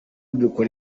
dukora